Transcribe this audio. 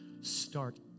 start